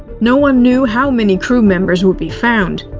no one knew how many crew members would be found.